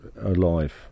alive